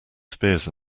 spears